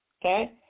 Okay